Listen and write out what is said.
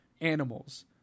animals